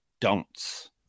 don'ts